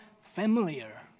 familiar